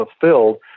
fulfilled